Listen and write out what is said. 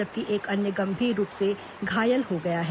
जबकि एक अन्य गंभीर रूप से घायल हो गया है